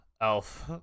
elf